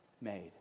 made